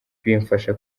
bimfasha